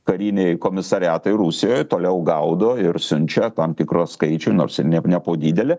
kariniai komisariatai rusijoj toliau gaudo ir siunčia tam tikrą skaičių nors ir ne ne po didelę